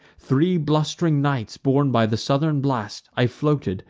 three blust'ring nights, borne by the southern blast, i floated,